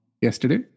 yesterday